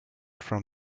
from